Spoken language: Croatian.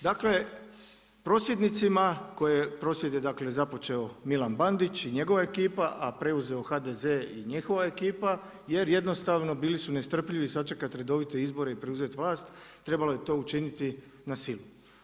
Dakle, prosvjednicima koje, prosvjed je dakle, započeo Milan Bandić i njegova ekipa, a preuzeo HDZ i njihova ekipa, jer jednostavno bili su nestrpljivi sačekati redovite izbore i preuzeti vlast, trebalo je to učiniti na silu.